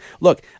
Look